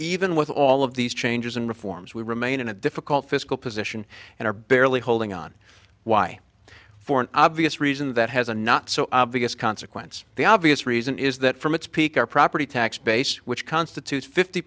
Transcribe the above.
even with all of these changes and reforms we remain in a difficult fiscal position and are barely holding on why for an obvious reason that has a not so obvious consequence the obvious reason is that from its peak our property tax base which constitutes fifty